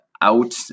out